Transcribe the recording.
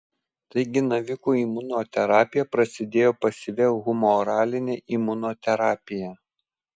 taigi navikų imunoterapija prasidėjo pasyvia humoraline imunoterapija